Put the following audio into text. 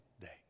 day